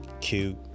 Cute